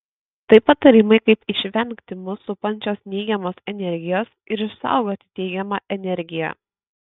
tai patarimai kaip išvengti mus supančios neigiamos energijos ir išsaugoti teigiamą energiją